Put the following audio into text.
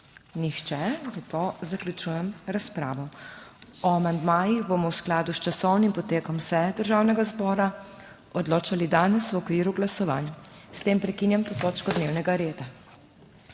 Nihče, zato zaključujem razpravo. O amandmajih bomo v skladu s časovnim potekom seje Državnega zbora odločali danes v okviru glasovanj. S tem prekinjam to točko dnevnega reda.